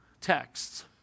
texts